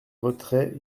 retrait